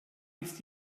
ist